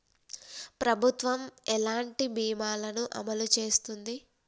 ప్రభుత్వం ఎలాంటి బీమా ల ను అమలు చేస్తుంది?